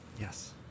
Yes